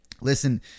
listen